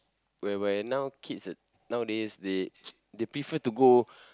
whereby now kids nowadays they they prefer to go